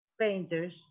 painters